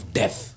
death